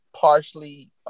partially